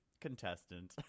contestant